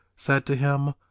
said to him,